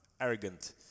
arrogant